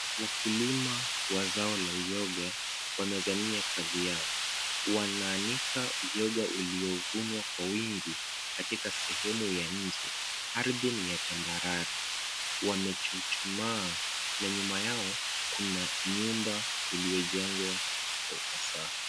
Wakulima wa zao la uyoga wamezamia kazi yao, wanaanika uyoga uliyovunwa kwa wingi katika sehemu ya nje. Ardhi ni ya tambarare, wamechuchuma, na nyuma yao kuna nyumba iliyojengwa kwa ufasaha.